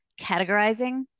categorizing